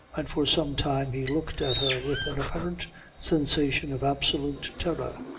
and for some time he looked at her with an apparent sensation of absolute terror.